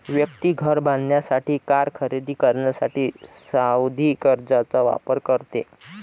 व्यक्ती घर बांधण्यासाठी, कार खरेदी करण्यासाठी सावधि कर्जचा वापर करते